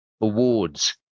awards